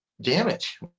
damage